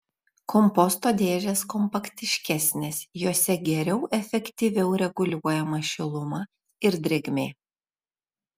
komposto dėžės kompaktiškesnės jose geriau efektyviau reguliuojama šiluma ir drėgmė